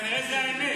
אבל כנראה שזו האמת.